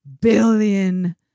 billion